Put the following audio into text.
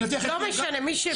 לא משנה, מי שהבין אותי, הבין.